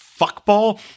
fuckball